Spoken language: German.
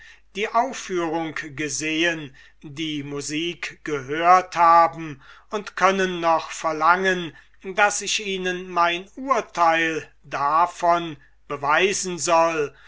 die aufführung gesehen die musik gehört haben und können noch verlangen daß ich ihnen mein urteil davon beweisen soll